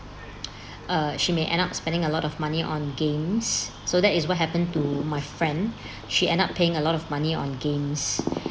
uh she may end up spending a lot of money on games so that is what happened to my friend she end up paying a lot of money on games